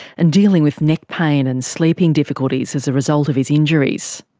and dealing with neck pain and sleeping difficulties as a result of his injuries.